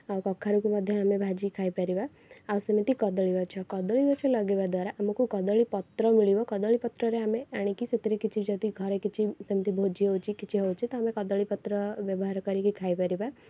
ଆଉ କଖାରୁକୁ ମଧ୍ୟ ଆମେ ଭାଜିକି ଖାଇପାରିବା ଆଉ ସେମିତି କଦଳୀ ଗଛ କଦଳୀ ଗଛ ଲଗାଇବା ଦ୍ଵାରା ଆମକୁ କଦଳୀପତ୍ର ମିଳିବ କଦଳୀ ପତ୍ରରେ ଆମେ ଆଣିକି ସେଥିରେ କିଛି ଯଦି ଘରେ କିଛି ସେମିତି ଭୋଜି ହେଉଛି କିଛି ହେଉଛି ତ ଆମେ କଦଳୀପତ୍ର ବ୍ୟବହାର କରିକି ଖାଇପାରିବା